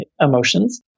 emotions